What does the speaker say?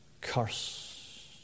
curse